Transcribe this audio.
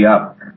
up